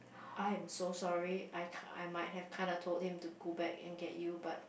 I am so sorry I kinda~ I might have kinda told him to go back and get you but